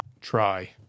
try